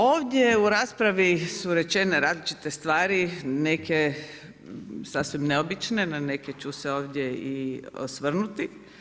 Ovdje u raspravi su rečene različite stvari, neke sasvim neobične, na neke ću se ovdje i osvrnuti.